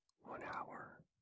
one-hour